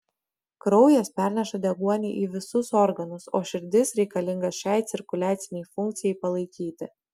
kraujas perneša deguonį į visus organus o širdis reikalinga šiai cirkuliacinei funkcijai palaikyti